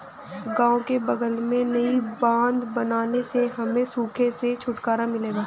गांव के बगल में नई बांध बनने से हमें सूखे से छुटकारा मिलेगा